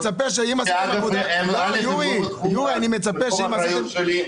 אגב, זה לא תחום האחריות שלי.